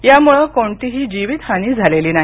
यामुळे कोणतीही जीवितहानी झालेली नाही